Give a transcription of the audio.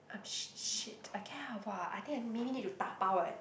I'm sh~ shit I care I !wah! I think I maybe need to dabao eh